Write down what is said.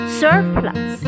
surplus